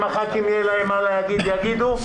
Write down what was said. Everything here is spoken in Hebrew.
אם לח"כים יהיה מה להגיד הם יגידו.